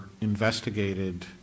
investigated